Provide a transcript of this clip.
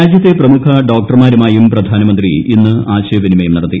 രാജ്യത്തെ പ്രമുഖ ഡോക്ടർമാരുമായും പ്രധാനമന്ത്രി ഇന്ന് ആശയവിനിമയം നടത്തി